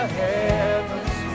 heavens